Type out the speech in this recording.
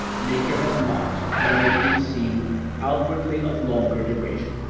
nature has mocked by making it seem outwardly of longer duration.